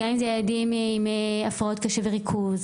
גם אם זה ילדים עם הפרעות קשב וריכוז,